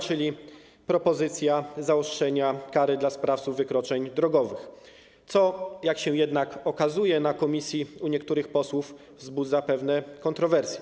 Chodzi o propozycję zaostrzenia kary dla sprawców wykroczeń drogowych, co, jak się jednak okazało na posiedzeniu komisji, u niektórych posłów wzbudza pewne kontrowersje.